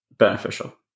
beneficial